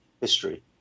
history